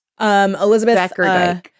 Elizabeth